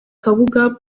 kabuga